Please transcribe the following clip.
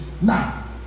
now